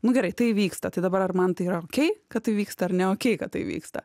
nu gerai tai vyksta tai dabar ar man tai yra okei kad tai vyksta ar ne okei kad tai vyksta